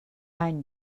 any